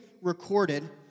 recorded